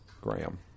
Graham